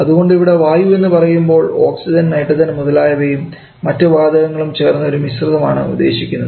അതുകൊണ്ട് ഇവിടെ വായു എന്നുപറയുമ്പോൾ ഓക്സിജൻ നൈട്രജൻ മുതലായവയും മറ്റ് വാതകങ്ങളും ചേർന്ന ഒരു മിശ്രിതമാണ് ഉദ്ദേശിക്കുന്നത്